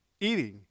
eating